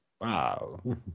Wow